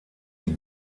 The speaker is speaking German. die